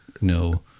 No